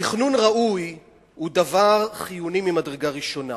תכנון ראוי הוא דבר חיוני ממדרגה ראשונה.